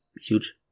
huge